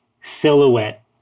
silhouette